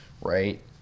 right